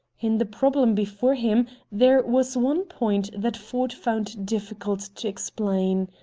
in the problem before him there was one point that ford found difficult to explain.